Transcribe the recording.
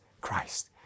Christ